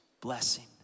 blessing